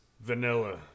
Vanilla